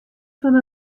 fan